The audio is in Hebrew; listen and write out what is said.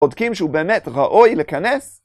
בודקים שהוא באמת ראוי להיכנס